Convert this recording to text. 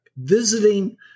visiting